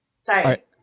Sorry